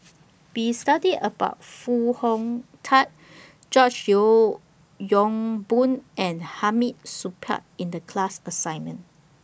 We studied about Foo Hong Tatt George Yeo Yong Boon and Hamid Supaat in The class assignment